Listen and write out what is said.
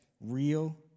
real